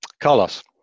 Carlos